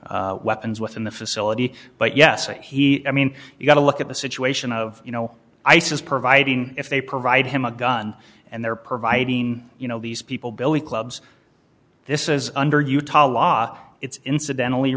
weapons within the facility but yes he i mean you've got to look at the situation of you know isis providing if they provide him a gun and they're providing you know these people billy clubs this is under utah law it's incidentally